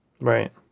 right